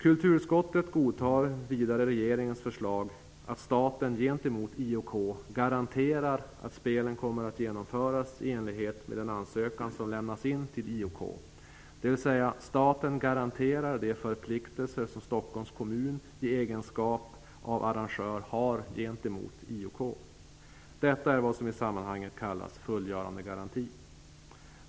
Kulturutskottet godtar vidare regeringens förslag om att staten gentemot IOK garanterar att spelen kommer att genomföras i enlighet med den ansökan som lämnas in till IOK. Det betyder att staten garanterar de förpliktelser som Stockholms kommun i egenskap av arrrangör har gentemot IOK. Detta är vad som i sammanhanget kallas fullgörandegaranti.